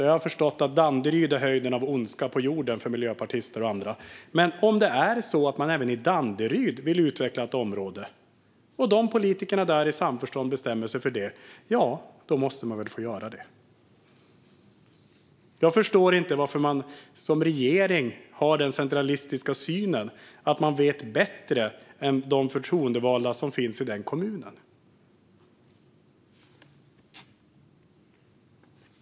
Jag har förstått att Danderyd är höjden av ondska på jorden för miljöpartister och andra, men om det är så att även Danderyd vill utveckla ett område och politikerna där i samförstånd bestämmer sig för det måste de väl få göra det. Jag förstår inte varför man som regering har den centralistiska synen att man vet bättre än de förtroendevalda som finns i kommuner.